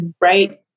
right